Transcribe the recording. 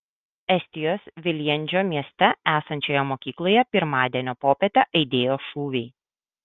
estijos viljandžio mieste esančioje mokykloje pirmadienio popietę aidėjo šūviai